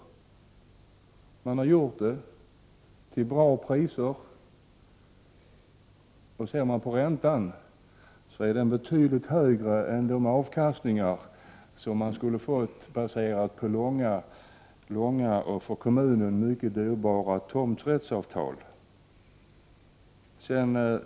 Malmö kommun har gjort det till bra priser, och räntan är betydligt högre än de avkastningar som man skulle ha fått på långa och för kommunen mycket dyrbara tomträttsavtal.